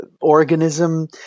organism